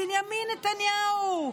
בנימין נתניהו,